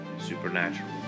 supernatural